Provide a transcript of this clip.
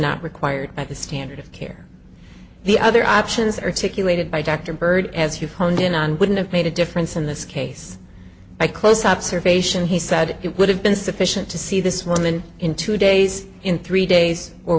not required by the standard of care the other options articulated by dr bird as you've honed in on wouldn't have made a difference in this case by close observation he said it would have been sufficient to see this woman in two days in three days or